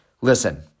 Listen